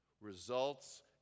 results